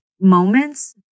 moments